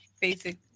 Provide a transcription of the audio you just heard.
basic